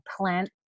plant